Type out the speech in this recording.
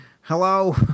hello